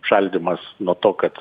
šaldymas nuo to kad